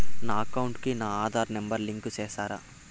నా అకౌంట్ కు నా ఆధార్ నెంబర్ లింకు చేసారా